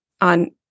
on